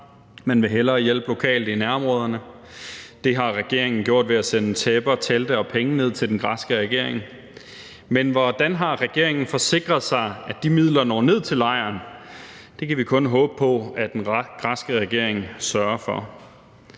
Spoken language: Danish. Man vil hellere hjælpe lokalt i nærområderne. Det har regeringen gjort ved at sende tæpper, telte og penge ned til den græske regering, men hvordan har regeringen forsikret sig om, at de midler når ned til lejren? Det kan vi kun håbe på at den græske regering sørger for.